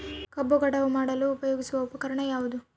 ಕಬ್ಬು ಕಟಾವು ಮಾಡಲು ಉಪಯೋಗಿಸುವ ಉಪಕರಣ ಯಾವುದು?